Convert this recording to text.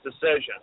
decision